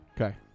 okay